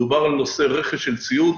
דובר על נושא רכש של ציוד,